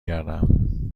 گردم